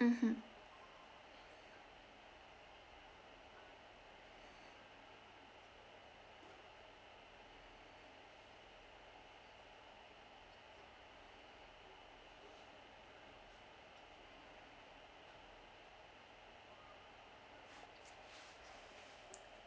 mmhmm